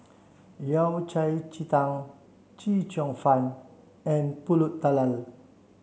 Yao Cai Ji Tang Chee Cheong Fun and Pulut Tatal